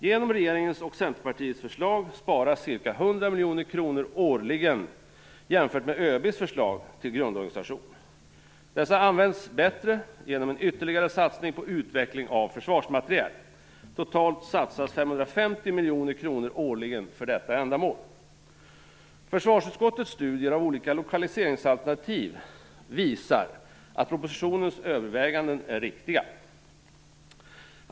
Genom regeringens och Centerpartiets förslag sparas ca 100 miljoner kronor årligen jämfört med ÖB:s förslag till grundorganisation. Dessa pengar används bättre genom en ytterligare satsning på utveckling av försvarsmateriel. Totalt satsas 550 miljoner kronor årligen för detta ändamål. Försvarsutskottets studier av olika lokaliseringsalternativ visar att propositionens överväganden är riktiga.